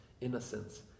innocence